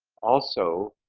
also